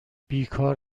بیکار